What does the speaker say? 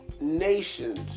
nations